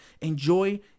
Enjoy